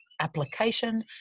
application